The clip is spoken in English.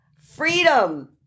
Freedom